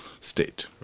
state